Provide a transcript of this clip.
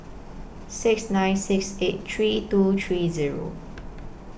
six nine six eight three two three Zero